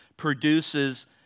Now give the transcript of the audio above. produces